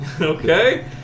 Okay